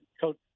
Coach